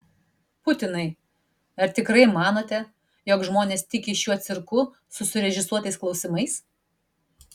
putinai ar tikrai manote jog žmonės tiki šiuo cirku su surežisuotais klausimais